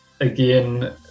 again